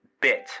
Bit